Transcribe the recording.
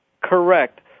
Correct